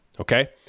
okay